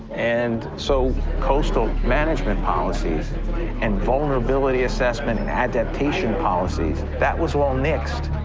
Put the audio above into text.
and so coastal-management policies and vulnerability assessment and adaptation policies, that was all nixed.